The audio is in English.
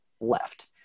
left